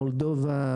מולדובה,